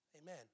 Amen